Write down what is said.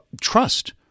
trust